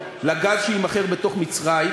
על גז שיימכר בתוך מצרים,